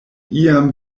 iam